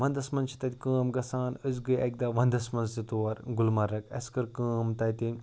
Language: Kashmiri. ونٛدَس منٛز چھِ تَتہِ کٲم گژھان أسۍ گٔے اَکہِ دۄہ ونٛدَس منٛز تہِ تور گُلمرٕگ اَسہِ کٔر کٲم تَتہِ